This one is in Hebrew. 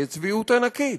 יש צביעות ענקית,